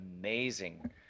amazing